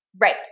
Right